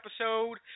episode